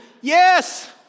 Yes